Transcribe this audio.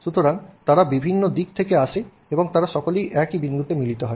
সুতরাং তারা বিভিন্ন দিক থেকে আসে এবং তারা সকলেই এই বিন্দুতে মিলিত হয়